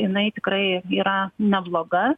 jinai tikrai yra nebloga